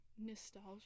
Nostalgia